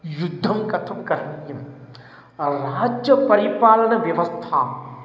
युद्धं कथं करणीयं राज्यपरिपालनव्यवस्था